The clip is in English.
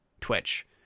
Twitch